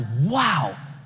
wow